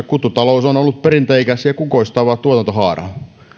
kuttutalous on on ollut perinteikäs ja kukoistava tuotantohaara